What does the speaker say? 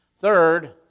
Third